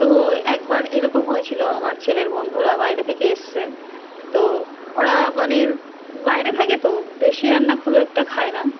তো একবার এরকম হয়েছিলো আমার ছেলের বন্ধুরা বাইরে থেকে এসেছে তো ওরা মানে বাইরে থাকে তো দেশী রান্না খুব একটা খায় না